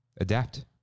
Adapt